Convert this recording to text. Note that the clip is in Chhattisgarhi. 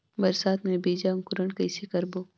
बरसात मे बीजा अंकुरण कइसे करबो?